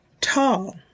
tall